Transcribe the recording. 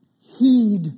heed